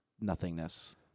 nothingness